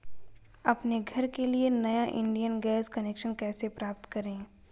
अपने घर के लिए नया इंडियन गैस कनेक्शन कैसे प्राप्त करें?